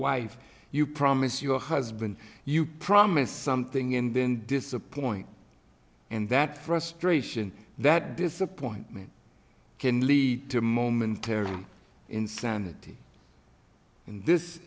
wife you promised your husband you promised something in then disappoint and that frustration that disappointment can lead to momentary insanity and this